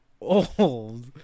old